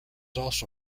also